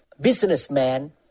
businessman